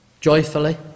joyfully